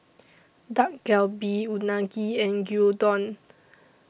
Dak Galbi Unagi and Gyudon